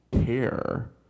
care